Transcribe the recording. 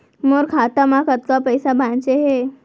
मोर खाता मा कतका पइसा बांचे हे?